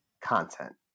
content